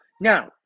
Now